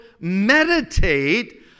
meditate